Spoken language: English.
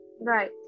right